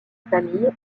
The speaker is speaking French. famille